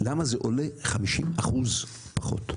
זה עולה 50% פחות?